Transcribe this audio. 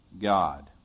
God